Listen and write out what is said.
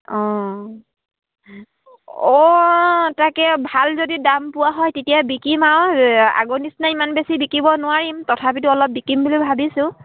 অঁ অ' তাকে ভাল যদি দাম পোৱা হয় তেতিয়া বিকিম আও আগৰ নিচিনা ইমান বেছি বিকিব নোৱাৰিম তথাপিতো অলপ বিকিম বুলি ভাবিছোঁ